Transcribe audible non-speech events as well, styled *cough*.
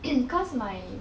*coughs* cause my